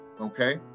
Okay